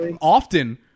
often